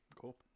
Cool